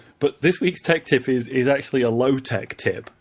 but this week's tech tip is is actually a low-tech tip,